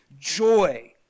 joy